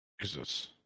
Jesus